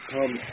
come